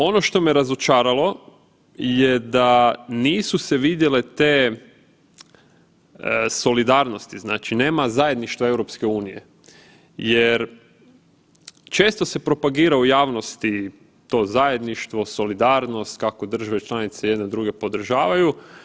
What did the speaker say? Ono što me razočaralo je da nisu se vidjele te solidarnosti, znači nema zajedničtva EU, jer često se propagira u javnosti to zajedništvo, solidarnost, kako države članice jedne druge podržavaju.